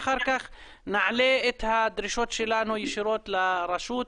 ואחר כך נעלה את הדרישות שלנו ישירות לרשות.